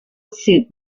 suit